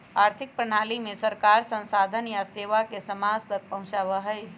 आर्थिक प्रणाली में सरकार संसाधन या सेवा के समाज तक पहुंचावा हई